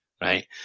right